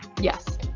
Yes